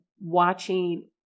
watching